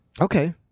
Okay